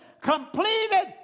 completed